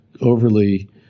overly